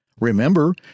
Remember